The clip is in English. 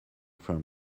from